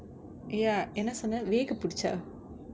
ya என்ன சொன்ன வேகு புடிச்சா:enna sonna vegu pudicha